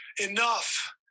enough